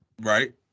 Right